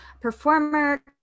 performer